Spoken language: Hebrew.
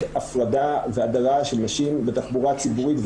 הפרדה והדרה של נשים בתחבורה ציבורית.